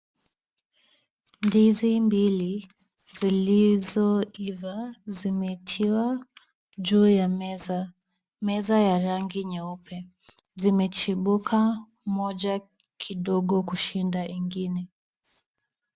Ndizi mbili, zilizoiva zimetiwa juu ya meza, meza ya rangi nyeupe. Zimechibuka moja kidogo kushinda ingine.